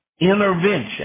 intervention